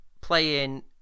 playing